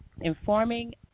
informing